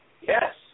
Yes